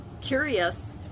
curious